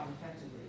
effectively